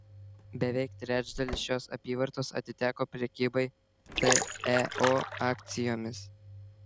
beveik trečdalis šios apyvartos atiteko prekybai teo akcijomis